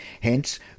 hence